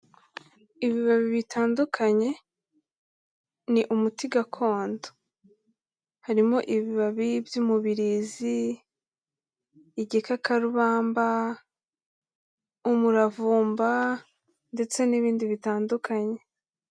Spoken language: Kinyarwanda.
Ibibabi bitandukanye, ni umuti gakondo. Harimo ibibabi by'umubirizi, igikakarubamba, umuravumba, ndetse n'ibindi bitandukanye.